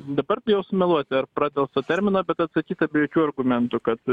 dabar bijau sumeluoti ar pradelsto termino bet atsakyta be jokių argumentų kad